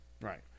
right